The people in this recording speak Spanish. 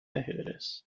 ajedrez